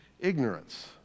Ignorance